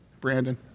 Brandon